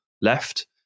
left